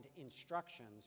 instructions